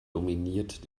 dominiert